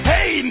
Hey